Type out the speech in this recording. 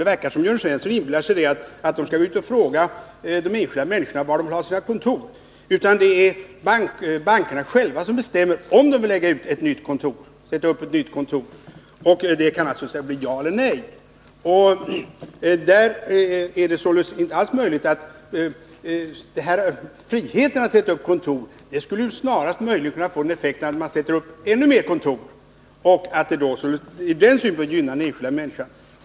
Det verkar som om Jörn Svensson inbillar sig att nämnden skall gå ut och fråga de enskilda människorna var de vill ha bankkontor. Det är bankerna själva som bestämmer om de vill sätta upp nya kontor, och då kan det alltså bli ja eller nej. Frihet att sätta upp kontor skulle snarast få den effekten att man sätter upp ännu fler kontor och att det skulle gynna den enskilda människan.